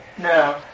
No